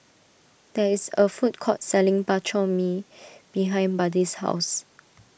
there is a food court selling Bak Chor Mee behind Buddy's house